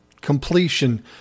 completion